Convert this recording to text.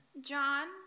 John